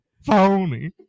phony